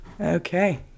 okay